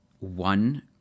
one